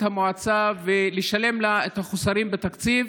המועצה ולשלם לה את החוסרים בתקציב.